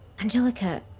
Angelica